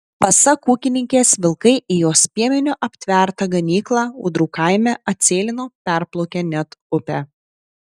pasak ūkininkės vilkai į jos piemeniu aptvertą ganyklą ūdrų kaime atsėlino perplaukę net upę